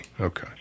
okay